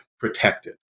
protected